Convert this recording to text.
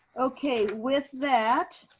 okay. with that,